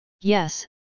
Yes